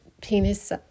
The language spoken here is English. penis